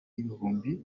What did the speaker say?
ibihumbi